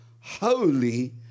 holy